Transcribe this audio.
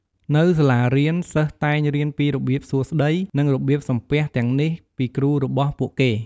នៅសាលារៀន សិស្សតែងរៀនពីរបៀបសួស្ដី និងរបៀបសំពះទាំងនេះពីគ្រូរបស់ពួកគេ។